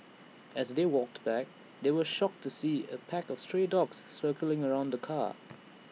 as they walked back they were shocked to see A pack of stray dogs circling around the car